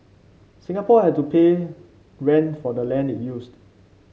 Singapore had to pay rent for the land it used